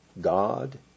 God